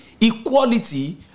equality